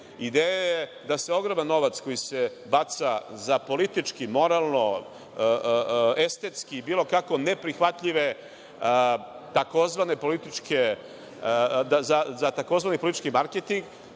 Ideja je da se ogroman novac koji se baca za politički, moralno, estetski i bilo kako neprihvatljiv tzv. politički marketing,